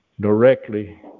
directly